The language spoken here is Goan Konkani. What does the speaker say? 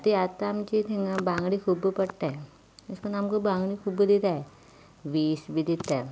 ती आतां आमची थिंगा बांगडे खूब पडटात अशे करून आमकां बांगडे खूब दितात वीस बी दितात